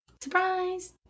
Surprise